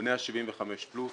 בני ה-75 פלוס,